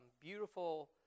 beautiful